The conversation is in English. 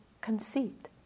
conceit